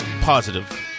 positive